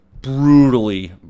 brutally